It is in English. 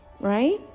right